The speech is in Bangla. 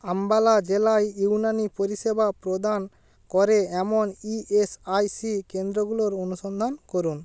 আম্বালা জেলায় ইউনানি পরিষেবা প্রদান করে এমন ইএসআইসি কেন্দ্রগুলোর অনুসন্ধান করুন